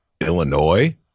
Illinois